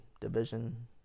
division